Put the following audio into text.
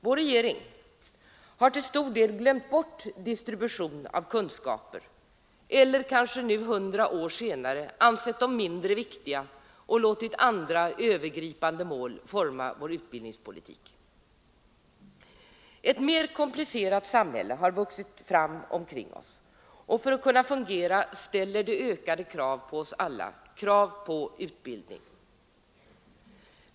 Vår regering har till stor del glömt bort distribution av kunskaper — eller kanske nu hundra år senare ansett dem mindre viktiga och låtit andra övergripande mål forma vår utbildningspolitik. Ett alltmer komplicerat samhälle har vuxit fram omkring oss. För att kunna fungera ställer det ökade krav på medborgarna — krav på utbildning.